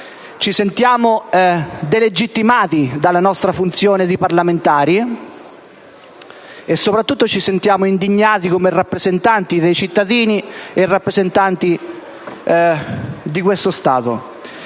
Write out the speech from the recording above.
ci sentiamo delegittimati nelle nostre funzioni di parlamentari e soprattutto ci sentiamo indignati come rappresentanti dei cittadini e rappresentanti di questo Stato.